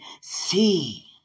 See